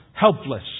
helpless